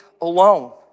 alone